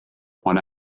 one